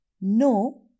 no